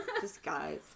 disguise